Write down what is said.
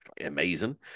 amazing